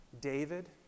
David